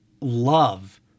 love